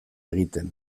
egiten